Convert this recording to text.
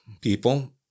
people